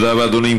תודה רבה, אדוני.